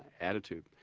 Attitude